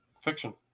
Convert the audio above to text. Fiction